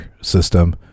system